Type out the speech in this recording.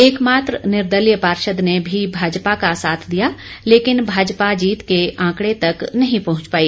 एक मात्र निर्दलीय पार्षद ने भी भाजपा का साथ दिया लेकिन भाजपा जीत के आंकड़े तक नही पहुंच पाई